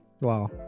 Wow